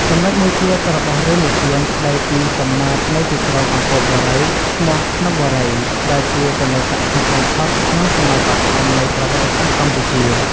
ចំណុចមួយទៀតរបស់រឿងនិទានស្តីពីកំណើតនៃទីក្រុងអង្គរបូរីឈ្មោះភ្នំ បុរី ដែលជាកន្លែងស័ក្តិសិទ្ធិបំផុតក្នុងសម័យបឋម នៃប្រវត្តិសាស្រ្តកម្ពុជា ។